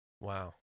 Wow